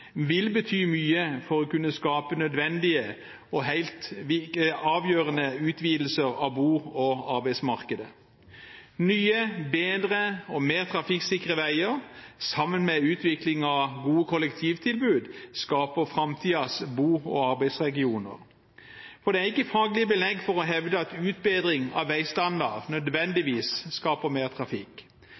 vil bety mye for å kunne skape nødvendige og helt avgjørende utvidelser av bo- og arbeidsmarkedet. Nye, bedre og mer trafikksikre veier sammen med utvikling av gode kollektivtilbud skaper framtidens bo- og arbeidsregioner. Det er ikke faglig belegg for å hevde at utbedring av veistandard nødvendigvis skaper mer trafikk.